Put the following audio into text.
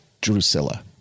Drusilla